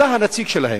אתה הנציג שלהם,